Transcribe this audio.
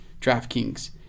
DraftKings